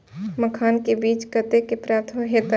मखान के बीज कते से प्राप्त हैते?